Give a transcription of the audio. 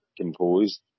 composed